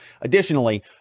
Additionally